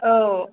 औ